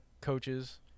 coaches